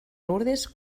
lourdes